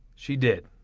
she did.